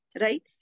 right